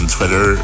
Twitter